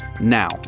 now